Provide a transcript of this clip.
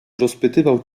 rozpytywał